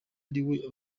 ariwe